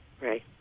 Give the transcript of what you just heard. Right